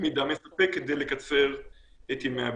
מידע מספק כדי לקצר את ימי הבידוד.